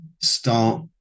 start